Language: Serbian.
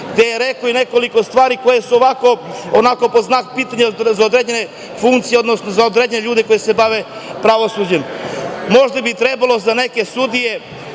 rekao je nekoliko stvari koje su onako pod znakom pitanja za određene funkcije, odnosno za određene ljude koje se bave pravosuđem. Možda bi trebale neke sudije